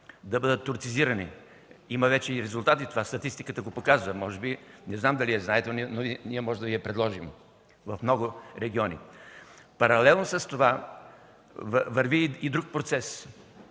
да бъдат турцизирани. Има вече и резултати, това статистиката го показа, не знам дали знаете, но ние можем да Ви я предложим. Паралелно с това върви и друг процес